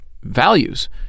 values